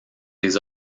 des